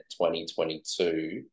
2022